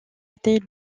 était